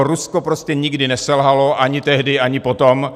Rusko prostě nikdy neselhalo, ani tehdy, ani potom.